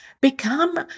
become